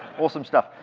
awesome stuff.